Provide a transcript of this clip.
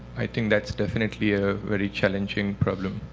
i think that's definitely a very challenging problem,